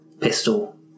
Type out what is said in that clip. pistol